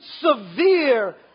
severe